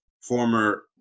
former